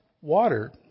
water